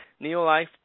Neolife